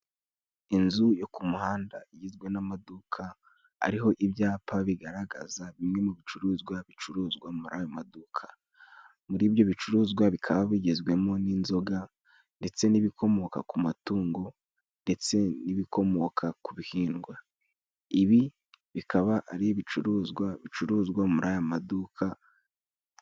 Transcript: Inzu yo ku muhanda igizwe n'amaduka, ariho ibyapa bigaragaza bimwe mu bicuruzwa bicuruzwa muri ayo maduka. Muri ibyo bicuruzwa bikaba bigizwemo n'inzoga ndetse n'ibikomoka ku matungo ndetse n'ibikomoka ku bihingwa. Ibi bikaba ari ibicuruzwa bicuruzwa muri aya maduka.